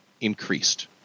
increased